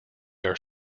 are